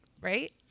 right